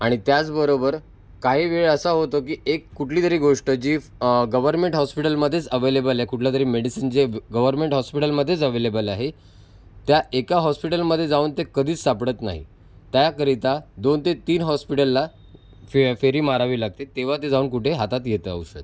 आणि त्याचबरोबर काही वेळ असा होतो की एक कुठली तरी गोष्ट जी गवर्मेंट हॉस्पिटलमध्येच अव्हेलेबल आहे कुठल्या तरी मेडिसीन जे ग् गवर्मेंट हॉस्पिटलमध्येच अव्हेलेबल आहे त्या एका हॉस्पिटलमध्ये जाऊन ते कधीच सापडत नाही त्याकरिता दोन ते तीन हॉस्पिटलला फे फेरी मारावी लागते तेव्हा ते जाऊन कुठे हातात येतं औषध